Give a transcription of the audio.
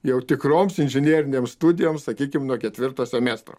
jau tikroms inžinerinėms studijoms sakykime nuo ketvirto semestro